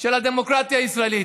של הדמוקרטיה הישראלית.